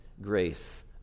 grace